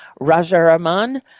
Rajaraman